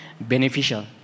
beneficial